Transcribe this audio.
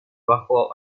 bajo